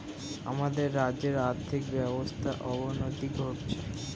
আমাদের রাজ্যের আর্থিক ব্যবস্থার অবনতি ঘটছে